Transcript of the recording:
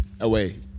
away